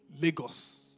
Lagos